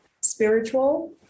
spiritual